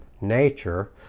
nature